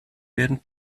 werden